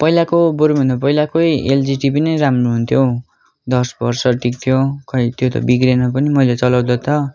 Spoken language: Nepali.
पहिलाको बरू भन्दा पहिलाकै एल जी टिभी नै राम्रो हुन्थ्यो हौ दस वर्ष टिक्थ्यो खै त्यो त बिग्रेन पनि मैले चलाउँदा त